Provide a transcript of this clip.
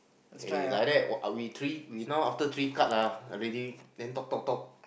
eh like that are we three we now after three card lah already then talk talk talk